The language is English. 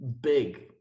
big